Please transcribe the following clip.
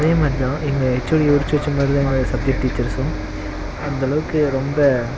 அதே மாதிரி தான் எங்கள் ஹச்ஓடியை உறித்து வைச்ச மாதிரி தான் எங்கள் சப்ஜெக்ட் டீச்சர்ஸும் அந்த அளவுக்கு ரொம்ப